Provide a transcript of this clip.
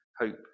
hope